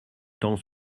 temps